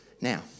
Now